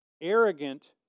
arrogant